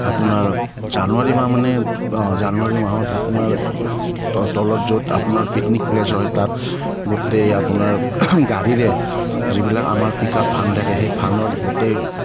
আপোনাৰ জানুৱাৰী মাহ মানে জানুৱাৰী মাহত আপোনাৰ তলত য'ত আপোনাৰ পিকনিক প্লেচ হয় তাত গোটেই আপোনাৰ গাড়ীৰে যিবিলাক আমাৰ পিক আপ ভান থাকে সেই ভানৰ গোটেই